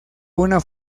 una